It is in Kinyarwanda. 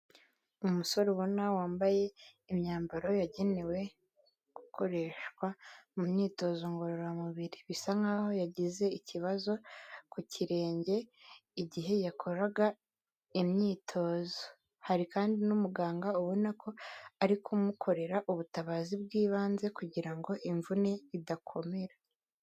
Umusore ubona wambaye imyambaro yagenewe gukoreshwa mu myitozo ngororamubiri bisa nkaho yagize ikibazo ku kirenge igihe yakoraga imyitozo, hari kandi n'umuganga ubona ko ari kumukorera ubutabazi bw'ibanze kugira ngo imvune idakomera.